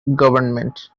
government